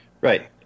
Right